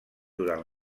durant